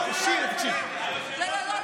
מלבד היותו חבר